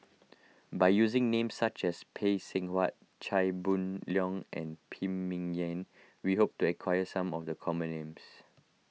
by using names such as Phay Seng Whatt Chia Boon Leong and Phan Ming Yen we hope to aquire some of the common names